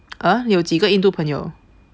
!huh! 你有几个印度朋友